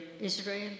Israel